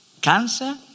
cancer